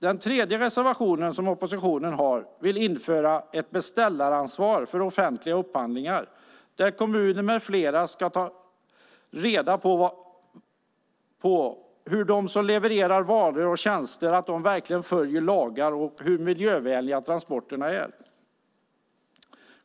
Den tredje reservationen som oppositionen har handlar om att man vill införa ett beställaransvar för offentliga upphandlingar där kommuner med flera ska ta reda på att de som levererar varor och tjänster verkligen följer lagar och hur miljövänliga transporterna är.